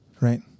right